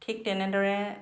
ঠিক তেনেদৰে